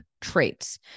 traits